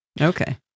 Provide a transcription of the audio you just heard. Okay